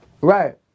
Right